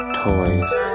toys